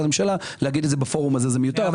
ממשלה להגיד את זה בפורום הזה זה מיותר,